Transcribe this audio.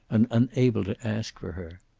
and unable to ask for her.